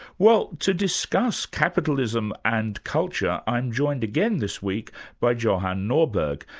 well to discuss capitalism and culture, i'm joined again this week by johan norberg,